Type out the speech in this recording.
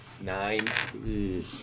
Nine